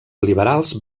liberals